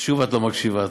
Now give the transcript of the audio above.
שוב את לא מקשיבה.